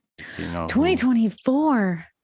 2024